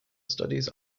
studies